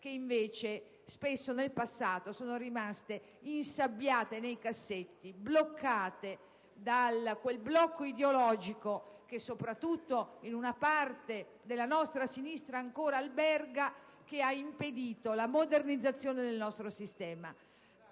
che, invece, spesso nel passato sono rimaste insabbiate nei cassetti, fermate da quel blocco ideologico, che ancora alberga soprattutto in una parte della nostra sinistra e che ha impedito la modernizzazione del nostro sistema.